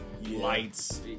lights